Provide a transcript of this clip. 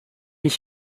ich